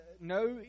no